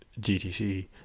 GTC